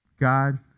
God